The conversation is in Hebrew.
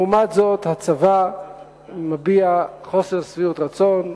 לעומת זאת הצבא מביע חוסר שביעות רצון,